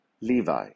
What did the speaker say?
Levi